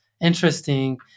interesting